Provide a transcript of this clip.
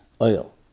oil